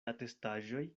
atestaĵoj